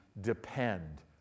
depend